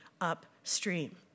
upstream